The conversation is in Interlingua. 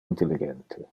intelligente